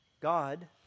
God